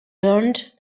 learned